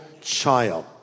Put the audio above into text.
child